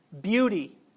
beauty